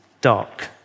dark